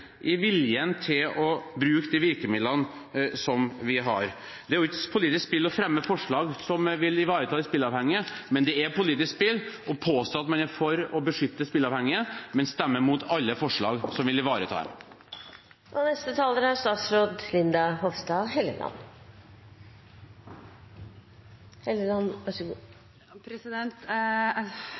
i viljen til å bruke de virkemidlene vi har. Det er ikke politisk spill å fremme forslag som vil ivareta de spilleavhengige, men det er politisk spill å påstå at man er for å beskytte spilleavhengige, men stemmer imot alle forslag som vil ivareta